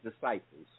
disciples